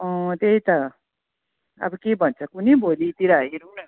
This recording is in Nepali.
अँ त्यही त अब के भन्छ कोनि भोलितिर हेरौँ न